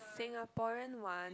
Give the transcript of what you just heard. Singaporean one